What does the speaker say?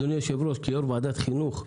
כיושב-ראש ועדת החינוך,